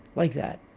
like that.